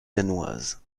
danoise